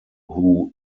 who